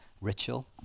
ritual